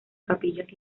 capillas